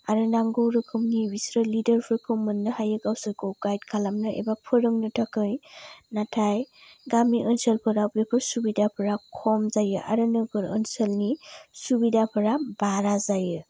आरो नांगौ रोखोमनि बिसोरो लिडार फोरखौ मोननो हायो गावसोरखौ गाइड खालामनो एबा फोरोंनो थाखाय नाथाय गामि ओनसोलफोराव बेफोर सुबिदाफोरा खम जायो आरो नोगोर ओनसोलनि सुबिदाफोरा बारा जायो